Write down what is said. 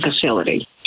facility